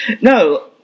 No